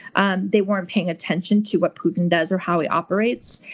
and they weren't paying attention to what putin does or how he operates,